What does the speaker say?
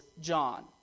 John